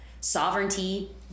sovereignty